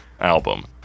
album